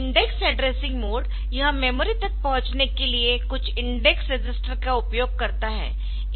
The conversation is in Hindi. इंडेक्स्ड एड्रेसिंग मोड यह मेमोरी तक पहुँचने के लिए कुछ इंडेक्स रजिस्टर्स का उपयोग करता है